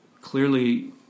clearly